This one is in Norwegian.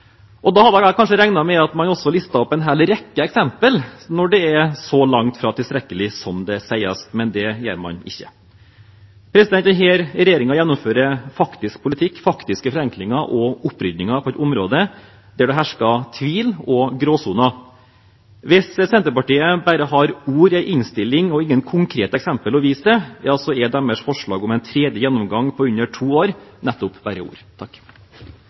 tilstrekkelige». Da hadde jeg kanskje regnet med at man også listet opp en hel rekke eksempler, når det er så langt fra tilstrekkelig som det sies. Men det gjør man ikke. Denne regjeringen gjennomfører faktisk politikk, faktiske forenklinger og opprydninger på et område der det hersker tvil og gråsoner. Hvis Senterpartiet bare har ord i en innstilling og ingen konkrete eksempler å vise til, er deres forslag om en tredje gjennomgang på under to år nettopp bare ord.